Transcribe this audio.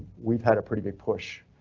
we've had a pretty big push.